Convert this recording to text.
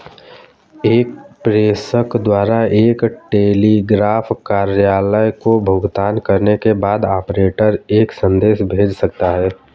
एक प्रेषक द्वारा एक टेलीग्राफ कार्यालय को भुगतान करने के बाद, ऑपरेटर एक संदेश भेज सकता है